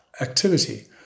activity